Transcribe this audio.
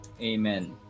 amen